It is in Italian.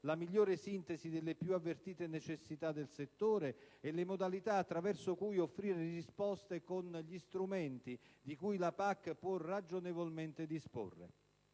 la migliore sintesi delle più avvertire necessità del settore e indicare le modalità attraverso cui offrire risposte con gli strumenti di cui la PAC può ragionevolmente disporre;